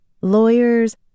lawyers